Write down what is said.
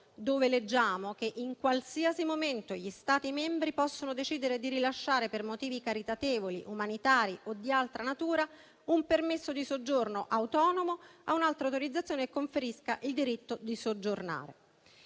si legge: «In qualsiasi momento gli Stati membri possono decidere di rilasciare per motivi caritatevoli, umanitari o di altra natura un permesso di soggiorno autonomo o un'altra autorizzazione che conferisca il diritto di soggiornare